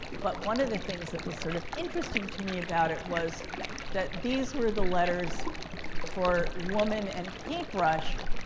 but one of the things that was sort of interesting to me about it was that these were the letters for woman and paintbrush.